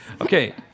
Okay